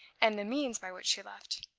and the means by which she left.